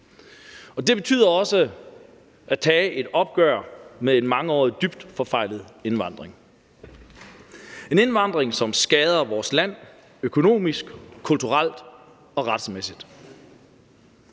det betyder også at tage et opgør med en mangeårig dybt forfejlet indvandring, en indvandring, som skader vores land økonomisk, kulturelt og retsmæssigt.